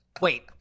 wait